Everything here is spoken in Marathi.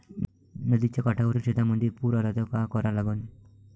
नदीच्या काठावरील शेतीमंदी पूर आला त का करा लागन?